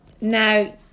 now